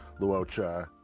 Luocha